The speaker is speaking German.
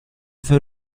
für